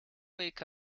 wake